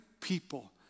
people